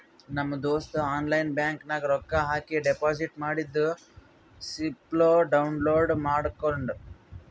ನಮ್ ದೋಸ್ತ online bank ನಾಗ್ ರೊಕ್ಕಾ ಹಾಕಿ ಡೆಪೋಸಿಟ್ ಮಾಡಿದ್ದು ಸ್ಲಿಪ್ನೂ ಡೌನ್ಲೋಡ್ ಮಾಡ್ಕೊಂಡ್